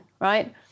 right